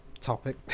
topic